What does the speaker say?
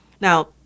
Now